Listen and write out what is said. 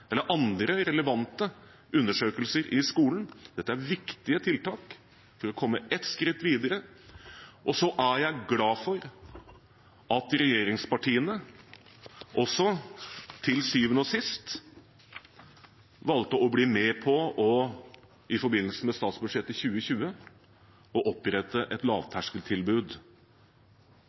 eller andre relevante undersøkelser i skolen. Dette er viktige tiltak for å komme ett skritt videre. Så er jeg glad for at regjeringspartiene også til syvende og sist valgte å bli med på, i forbindelse med statsbudsjettet 2020, å opprette et lavterskeltilbud,